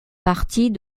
partie